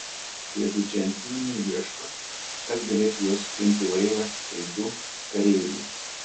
tie du džentelmenai ieško kas galėtų juos priimti į laivą tai du kareiviai